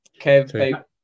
Kev